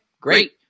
great